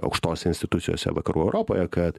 aukštose institucijose vakarų europoje kad